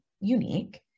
unique